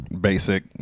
basic